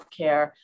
healthcare